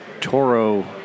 Toro